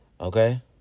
Okay